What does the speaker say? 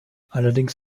allerdings